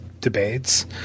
debates